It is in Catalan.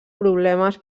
problemes